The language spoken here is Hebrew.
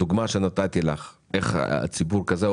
הדוגמה שנתתי לך איך ציבור כזה או